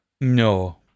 No